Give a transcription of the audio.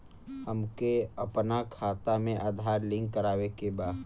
हमके अपना खाता में आधार लिंक करावे के बा?